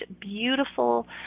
beautiful